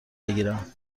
بگیرم